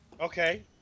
Okay